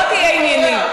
בוא תהיה ענייני,